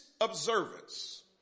observance